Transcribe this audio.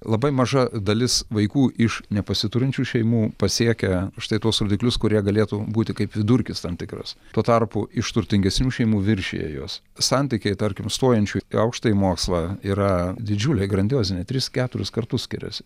labai maža dalis vaikų iš nepasiturinčių šeimų pasiekia štai tuos rodiklius kurie galėtų būti kaip vidurkis tam tikras tuo tarpu iš turtingesnių šeimų viršija juos santykiai tarkim stojančių į aukštąjį mokslą yra didžiuliai grandioziniai tris keturis kartus skiriasi